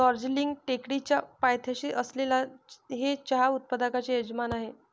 दार्जिलिंग टेकडीच्या पायथ्याशी असलेले हे चहा उत्पादकांचे यजमान आहे